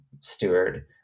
steward